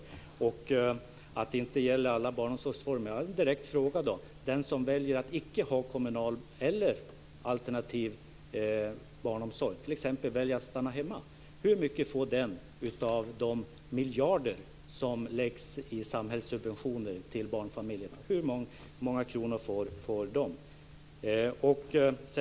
Med anledning av att det inte gäller alla barnomsorgsformer har jag en direkt fråga: Hur många kronor får de som väljer att icke ha kommunal eller alternativ barnomsorg, som t.ex. väljer att stanna hemma, av de miljarder som läggs i samhällssubventioner till barnfamiljerna?